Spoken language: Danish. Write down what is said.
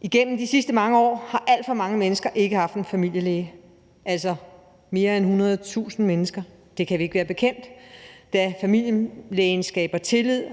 Igennem de sidste mange år har alt for mange mennesker ikke haft en familielæge – altså mere end 100.000 mennesker – det kan vi ikke være bekendt, da familielægen skaber tillid